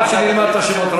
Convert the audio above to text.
עד שנלמד את השמות,